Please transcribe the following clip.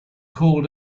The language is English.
called